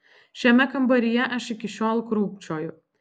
šiame kambaryje aš iki šiol krūpčioju